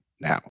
now